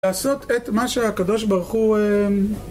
לעשות את מה שהקדוש ברוך הוא...